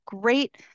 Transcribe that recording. great